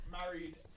married